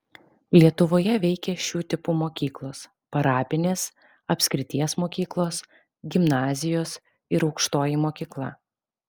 lietuvoje veikė šių tipų mokyklos parapinės apskrities mokyklos gimnazijos ir aukštoji mokykla